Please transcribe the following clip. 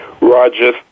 Roger